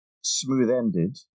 smooth-ended